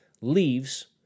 leaves